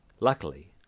Luckily